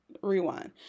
Rewind